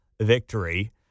victory